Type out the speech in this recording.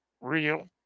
real